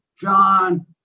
John